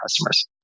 customers